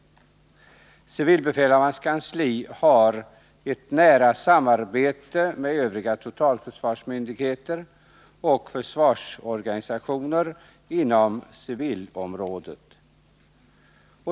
Civilbefälhavarens kansli har ett nära samarbete med övriga totalförsvarsmyndigheter och försvarsorganisationer inom civilområdet.